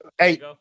Eight